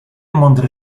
mądry